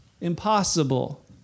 impossible